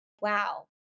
wow